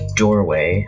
doorway